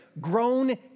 grown